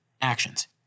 Actions